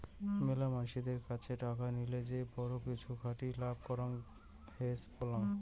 মেলা মানসিদের কাছে টাকা লিয়ে যে বড়ো কিছুতে খাটিয়ে লাভ করাঙকে হেজ বলাং